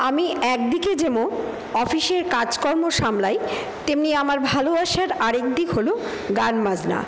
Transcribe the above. আমি একদিকে যেমন অফিসের কাজকর্ম সামলাই তেমনি আমার ভালোবাসার আর এক দিক হলো গানবাজনা